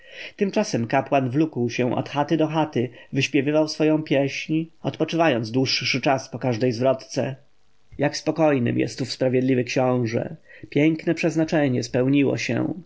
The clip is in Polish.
tymczasem kapłan wlókł się od chaty do chaty wyśpiewywał swoją pieśń odpoczywając dłuższy czas po każdej zwrotce jak spokojnym jest ów sprawiedliwy książę piękne przeznaczenie spełniło się